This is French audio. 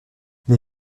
les